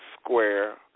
square